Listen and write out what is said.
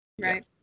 Right